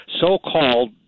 so-called